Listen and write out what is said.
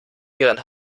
ihren